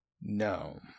No